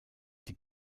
die